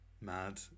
mad